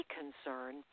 concern